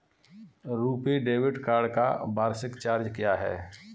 RuPay debit card का वार्षिक charge क्या है?